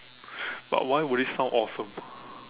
but why would it sound awesome